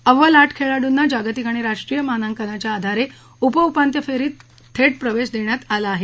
अव्वल आठ खेळाडूंना जागतिक आणि राष्ट्रीय मानांकनाच्या आधारे उपउपान्त्यपूर्व फेरीत थेट प्रवेश देण्यात आला आहे